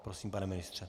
Prosím, pane ministře.